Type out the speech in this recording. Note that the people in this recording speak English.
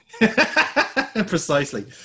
precisely